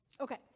Okay